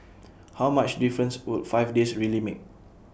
how much difference would five days really make